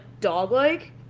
dog-like